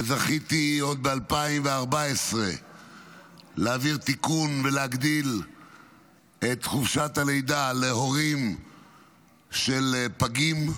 שזכיתי עוד ב-2014 להעביר תיקון ולהגדיל את חופשת הלידה להורים של פגים,